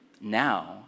Now